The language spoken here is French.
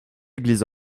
église